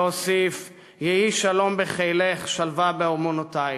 הוא הוסיף: "יהי שלום בחילך שלוה בארמנותיך".